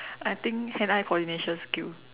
I think hand eye coordination skill